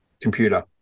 Computer